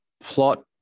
Plot